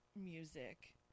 music